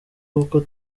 kuko